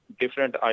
different